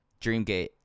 Dreamgate